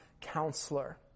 counselor